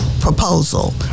proposal